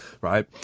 right